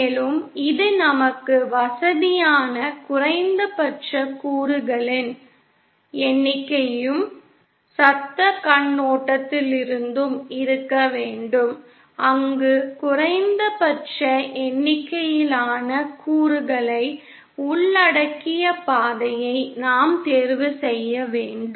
மேலும் இது நமக்கு வசதியான குறைந்தபட்ச கூறுகளின் எண்ணிக்கையையும் சத்தக் கண்ணோட்டத்திலிருந்தும் இருக்க வேண்டும் அங்கு குறைந்தபட்ச எண்ணிக்கையிலான கூறுகளை உள்ளடக்கிய பாதையை நாம் தேர்வு செய்ய வேண்டும்